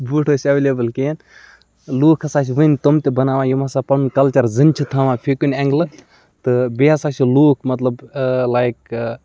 boot ٲسۍ available کِہیٖنۍ لُکھ ہَسا چھِ وۄنۍ تِم تہِ بَناوان یِم ہَسا پَنُن کَلچَر زِندٕ چھِ تھاوان فی کُنہِ اینٛگلہٕ تہٕ بیٚیہِ ہَسا چھِ لُکھ مطلب لایک